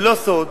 זה לא סוד,